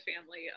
family